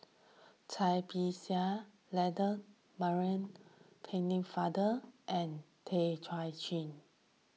Cai Bixia Land Maurice Pennefather and Tay Kay Chin